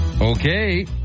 Okay